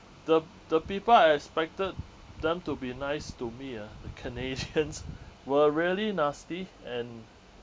the p~ the people I expected them to be nice to me ah the canadians were really nasty and